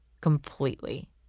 completely